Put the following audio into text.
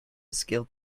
scaled